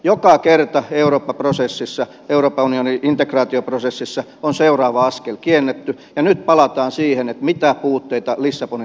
joka kerta eurooppa prosessissa euroopan unionin integraatioprosessissa on seuraava askel kielletty ja nyt palataan siihen mitä puutteita lissabonin sopimukseen jäi